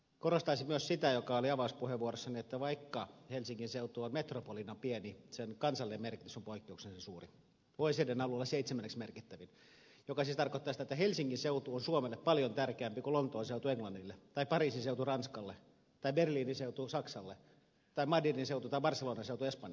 korostaisin myös sitä mikä oli avauspuheenvuorossani että vaikka helsingin seutu on metropolina pieni sen kansallinen merkitys on poikkeuksellisen suuri oecdn alueella seitsemänneksi merkittävin mikä siis tarkoittaa sitä että helsingin seutu on suomelle paljon tärkeämpi kuin lontoon seutu englannille tai pariisin seutu ranskalle tai berliinin seutu saksalle tai madridin seutu tai barcelonan seutu espanjalle